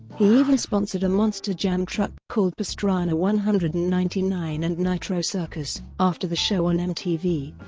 he even sponsored a monster jam truck called pastrana one hundred and ninety nine and nitro circus, after the show on mtv.